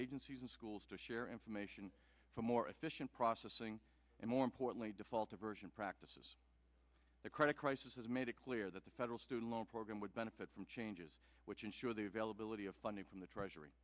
agencies and schools to share information for more efficient processing and more importantly default diversion practices the credit crisis has made it clear that the federal student loan program would benefit from changes which ensure the availability of funding from the treasury